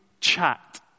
chat